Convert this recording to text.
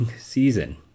season